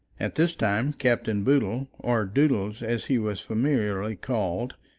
at this time captain boodle, or doodles as he was familiarly called,